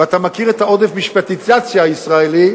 ואתה מכיר את עודף המשפטיזציה הישראלי,